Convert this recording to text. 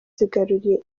zigaruriye